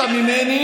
אל תגן עליו.